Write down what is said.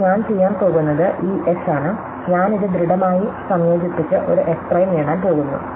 ഇപ്പോൾ ഞാൻ ചെയ്യാൻ പോകുന്നത് ഈ എസ് ആണ് ഞാൻ ഇത് ദൃഡമായി സംയോജിപ്പിച്ച് ഒരു എസ് പ്രൈം നേടാൻ പോകുന്നു